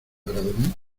bradomín